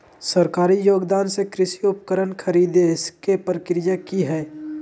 सरकारी योगदान से कृषि उपकरण खरीदे के प्रक्रिया की हय?